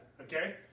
okay